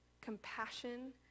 compassion